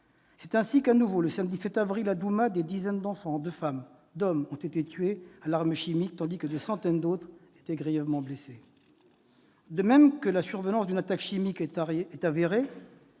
C'est ainsi qu'à nouveau, le samedi 7 avril, à Douma, des dizaines d'enfants, de femmes et d'hommes ont été tués à l'arme chimique, tandis que des centaines d'autres étaient grièvement blessés. De même que la survenance d'une attaque chimique est avérée,